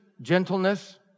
gentleness